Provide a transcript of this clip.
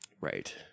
Right